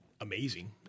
amazing